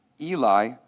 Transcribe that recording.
Eli